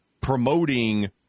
promoting